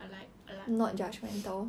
I like I like